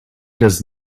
does